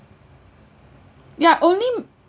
ya only m~